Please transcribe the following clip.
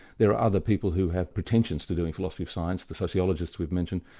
there are other people who have pretensions to doing philosophy of science the sociologists we've mentioned,